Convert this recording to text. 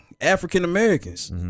african-americans